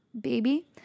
baby